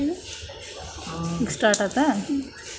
ಭತ್ತದಾಗ ಕಳೆ ತೆಗಿಯಾಕ ಯಾವ ಮಿಷನ್ ಪಾಡ್ರೇ?